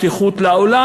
פתיחות לעולם,